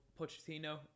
pochettino